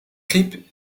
griep